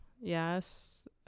yes